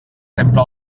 sempre